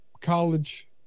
college